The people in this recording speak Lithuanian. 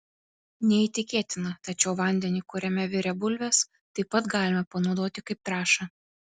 neįtikėtina tačiau vandenį kuriame virė bulvės taip pat galima panaudoti kaip trąšą